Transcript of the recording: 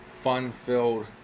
fun-filled